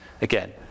again